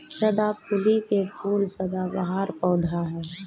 सदाफुली के फूल सदाबहार पौधा ह